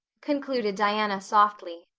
concluded diana softly,